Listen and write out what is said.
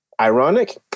Ironic